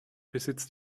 besitzt